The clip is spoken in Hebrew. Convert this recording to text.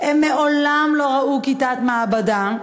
מעולם לא ראו כיתת מעבדה.